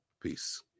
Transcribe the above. Peace